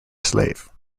slave